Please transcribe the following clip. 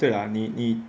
对啦你你